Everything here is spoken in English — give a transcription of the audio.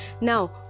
now